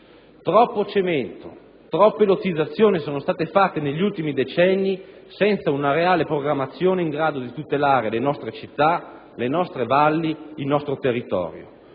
Troppo cemento, troppe lottizzazioni sono state fatte negli ultimi decenni senza una reale programmazione in grado di tutelare le nostre città, le nostre valli, il nostro territorio.